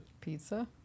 Pizza